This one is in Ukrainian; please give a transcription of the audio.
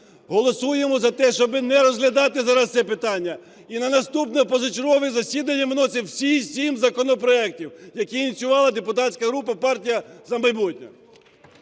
Голосуємо за те, щоб не розглядати зараз це питання і на наступне позачергове засідання виносимо всі сім законопроектів, які ініціювала депутатська група "Партія "За майбутнє".